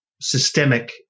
systemic